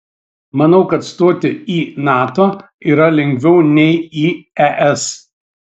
manau kad stoti į nato yra lengviau nei į es